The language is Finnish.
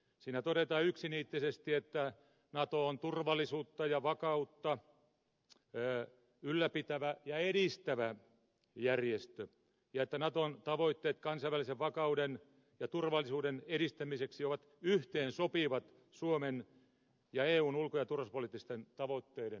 siinä todetaan yksiniittisesti että nato on turvallisuutta ja vakautta ylläpitävä ja edistävä sotilasliitto ja että naton tavoitteet kansainvälisen vakauden ja turvallisuuden edistämiseksi ovat yhteensopivat suomen ja euroopan unionin ulko ja turvallisuuspoliittisten tavoitteiden kanssa